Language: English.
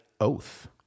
Oath